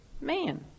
man